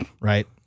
right